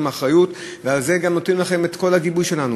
אחריות ועל זה גם נותנים לכם את כל הגיבוי שלנו,